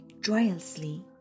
joyously